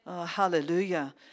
Hallelujah